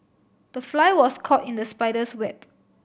the fly was caught in the spider's web